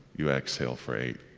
you exhale for eight.